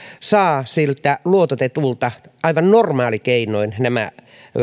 saa siltä luototetulta aivan normaalikeinoin nämä